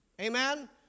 Amen